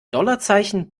dollarzeichen